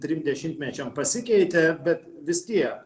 trim dešimtmečiam pasikeitė bet vis tiek